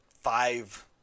five